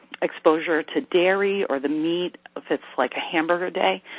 exposure to dairy or the meat, if it's like hamburger day.